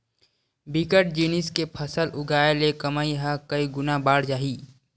बिकट जिनिस के फसल उगाय ले कमई ह कइ गुना बाड़ जाही